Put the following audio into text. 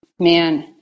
Man